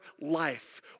life